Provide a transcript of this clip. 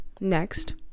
next